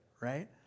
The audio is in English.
right